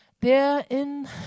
therein